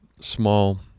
small